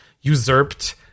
usurped